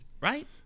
right